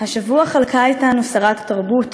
השבוע חלקה אתנו שרת התרבות